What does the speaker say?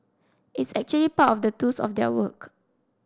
it's actually part of the tools of their work